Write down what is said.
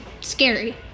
scary